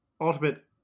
Ultimate